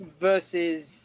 versus